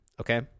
okay